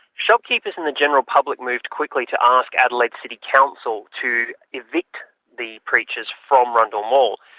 shopkeepers and the general public moved quickly to ask adelaide city council to evict the preachers from rundle mall.